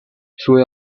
sue